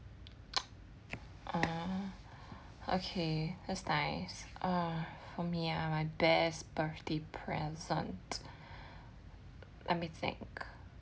ah okay that's nice ah for me ah my best birthday present let me think